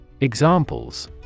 Examples